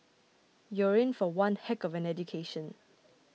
you're in for one heck of an education